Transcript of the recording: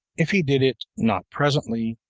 if he did it not presently,